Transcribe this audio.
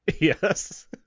Yes